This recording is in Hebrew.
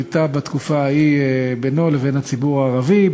בתקופה ההיא בינו לבין הציבור הערבי,